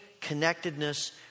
connectedness